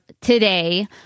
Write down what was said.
today